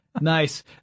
Nice